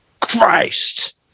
Christ